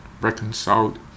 reconciled